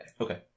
Okay